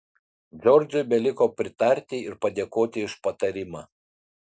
džordžui beliko pritarti ir padėkoti už patarimą